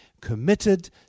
committed